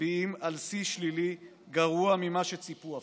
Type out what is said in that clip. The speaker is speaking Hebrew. מצביעים על שיא שלילי, גרוע ממה שציפו אפילו.